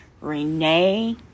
Renee